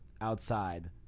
outside